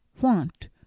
want